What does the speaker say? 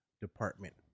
department